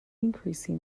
increasing